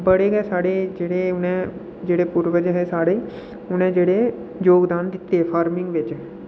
बड़े गै साढ़े जेह्ड़े उ'नें जेह्ड़े पूर्वज हे साढ़े उ'ने जेह्ड़े जोगदान दित्ते दा फार्मिंग बिच